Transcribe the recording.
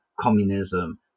communism